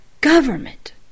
government